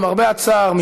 למרבה הצער,